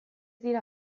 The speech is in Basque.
dira